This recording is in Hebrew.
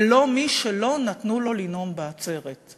ולא מי שלא נתנו לו לנאום בעצרת,